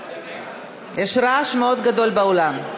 יש רעש גדול מאוד באולם.